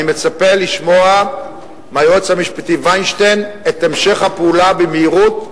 אני מצפה לשמוע מהיועץ המשפטי וינשטיין את המשך הפעולה במהירות,